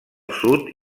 sud